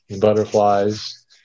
Butterflies